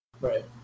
Right